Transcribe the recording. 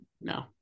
no